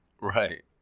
right